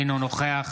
אינו נוכח